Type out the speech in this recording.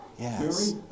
Yes